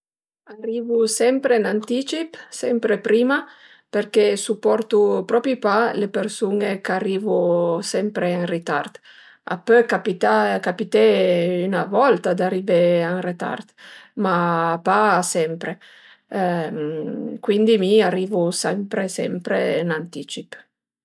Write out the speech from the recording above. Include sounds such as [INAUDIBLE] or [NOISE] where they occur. Arivu sempre ën anticip, sempre prima përché suportu propi pa le persun-e ch'arivu sempre ën ritard. A pöl capità capité üna volta d'arivé ën ritard, ma pa sempre [HESITATION] cuindi mi arivu sempre sempre ën anticip